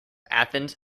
athens